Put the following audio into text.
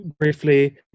briefly